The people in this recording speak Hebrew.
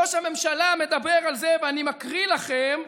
ראש הממשלה מדבר על זה, ואני מקריא לכם: